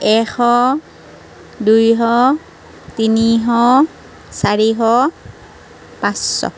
এশ দুইশ তিনিশ চাৰিশ পাঁচশ